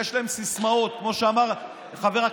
חזיר,